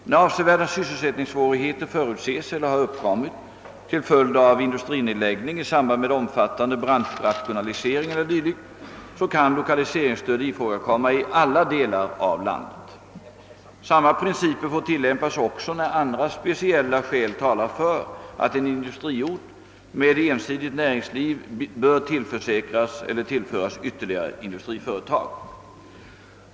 När avsevärda sysselsättningssvårigheter förutses eller har uppkommit till följd av industrinedläggning i samband med omfattande branschrationalisering e.d., kan lokaliseringsstöd ifrågakomma i alla delar av landet. Samma principer får tillämpas också när andra speciella skäl talar för att en industriort med ensidigt näringsliv bör tillföras ytterligare industriföretag.